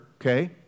okay